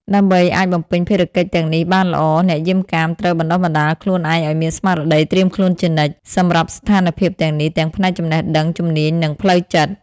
ដើម្បីអាចបំពេញភារកិច្ចទាំងនេះបានល្អ អ្នកយាមកាមត្រូវ បណ្ដុះបណ្ដាលខ្លួនឯងឲ្យមានស្មារតីត្រៀមខ្លួនជានិច្ច សម្រាប់ស្ថានភាពទាំងនេះ ទាំងផ្នែកចំណេះដឹង ជំនាញ និងផ្លូវចិត្ត។